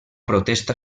protesta